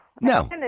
No